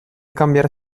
canviar